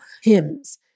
hymns